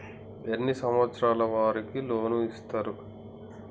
ఎన్ని సంవత్సరాల వారికి లోన్ ఇస్తరు?